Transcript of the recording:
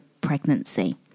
pregnancy